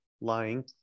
lying